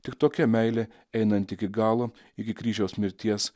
tik tokia meilė einant iki galo iki kryžiaus mirties